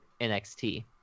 NXT